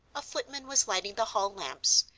a footman was lighting the hall lamps,